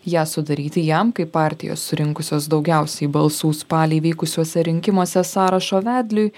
ją sudaryti jam kaip partijos surinkusios daugiausiai balsų spalį vykusiuose rinkimuose sąrašo vedliui